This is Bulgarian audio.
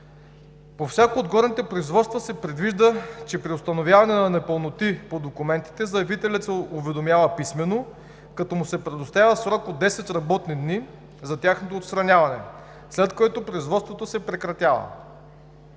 По всяко от горните производства се предвижда, че при установяване на непълноти по документите заявителят се уведомява писмено, като му се предоставя срок 10 работни дни за тяхното отстраняване, след което производството се прекратява.